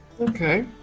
Okay